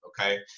Okay